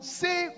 see